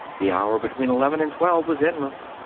the hour between eleven and twelve was endless.